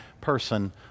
person